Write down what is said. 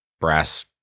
brass